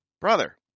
brother